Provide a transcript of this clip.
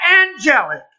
angelic